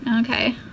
Okay